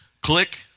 Click